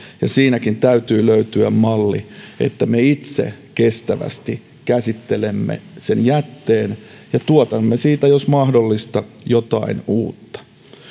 siinäkin täytyy löytyä malli että me itse kestävästi käsittelemme sen jätteen ja tuotamme siitä jos mahdollista jotain uutta